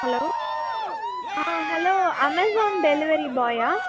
hello ஆ hello Amazon delivery பாயா